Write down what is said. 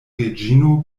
reĝino